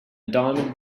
diamond